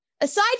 Aside